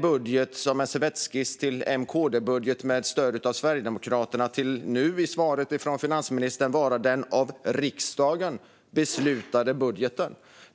budgeten gått från servettskiss till M-KD-budget med stöd av Sverigedemokraterna till att nu i svaret från finansministern vara den av riksdagen beslutade budgeten.